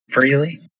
freely